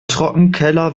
trockenkeller